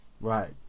Right